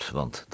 Want